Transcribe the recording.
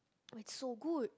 it's so good